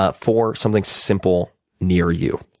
ah four. something simple near you.